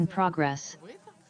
אני רופא נשים